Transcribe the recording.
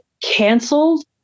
canceled